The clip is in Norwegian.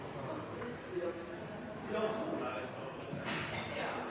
har klare